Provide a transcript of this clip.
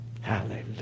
Hallelujah